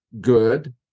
good